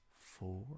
four